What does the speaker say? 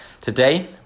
Today